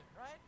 right